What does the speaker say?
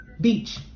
beach